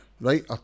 right